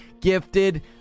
gifted